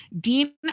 dean